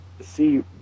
See